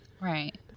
right